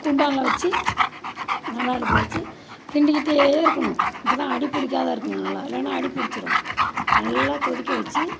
குண்டானில் வச்சு நல்லா அடுப்பில் வச்சு கிண்டிக்கிட்டே இருக்கணும் அப்போ தான் அடி பிடிக்காத இருக்குங்க நல்லா இல்லைன்னா அடி பிடிச்சிரும் நல்லா கொதிக்க வச்சு